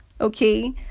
Okay